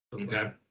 Okay